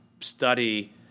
study